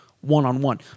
one-on-one